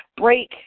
break